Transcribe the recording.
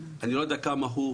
אני לא יודע כמה הוא,